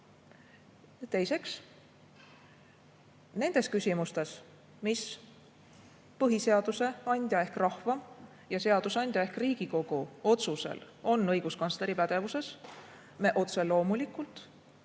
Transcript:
seda. Teiseks, nendes küsimustes, mis põhiseaduse andja ehk rahva ja seadusandja ehk Riigikogu otsusel on õiguskantsleri pädevuses, me otse loomulikult